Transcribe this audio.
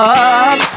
up